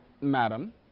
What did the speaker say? madam